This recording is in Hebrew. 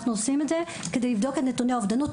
אנחנו עושים את זה כדי לבדוק את נתוני האובדנות.